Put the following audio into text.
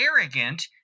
arrogant